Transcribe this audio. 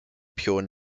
pure